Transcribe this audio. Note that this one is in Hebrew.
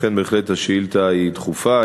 לכן השאילתה היא בהחלט דחופה,